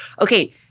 Okay